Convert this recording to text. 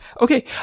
Okay